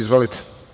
Izvolite.